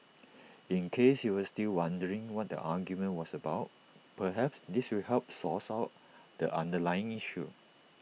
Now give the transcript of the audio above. in case you were still wondering what the argument was about perhaps this will help source out the underlying issue